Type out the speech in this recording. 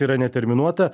yra neterminuota